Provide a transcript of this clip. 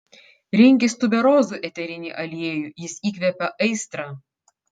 rinkis tuberozų eterinį aliejų jis įkvepia aistrą